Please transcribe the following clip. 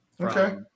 okay